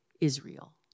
Israel